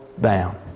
down